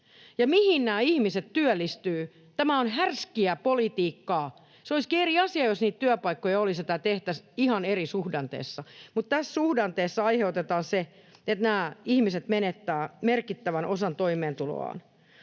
mihin nämä ihmiset työllistyvät? Tämä on härskiä politiikkaa. Se olisikin eri asia, jos niitä työpaikkoja olisi ja tämä tehtäisiin ihan eri suhdanteessa, mutta tässä suhdanteessa aiheutetaan se, että nämä ihmiset menettävät merkittävän osan toimeentulostaan.